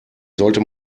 sollte